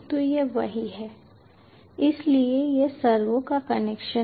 तो यह वही है इसलिए यह सर्वो का कनेक्शन है